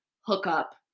hookup